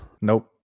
Nope